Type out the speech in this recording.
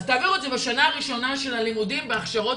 אז תעבירו את זה בשנה הראשונה של הלימודים בהכשרות